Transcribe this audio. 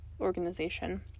organization